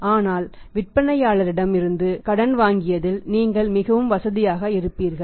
ஆனால் விற்பனைவிற்பனையாளரிடம் இருந்து அதிக காலத்திற்கு கடன் வாங்கியதில் நீங்கள் மிகவும் வசதியாக இருப்பீர்கள்